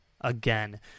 again